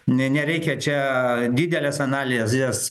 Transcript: ne nereikia čia didelės analizės